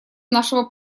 нашего